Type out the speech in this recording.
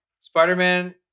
Spider-Man